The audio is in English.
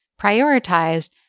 prioritized